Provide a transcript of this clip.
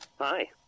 Hi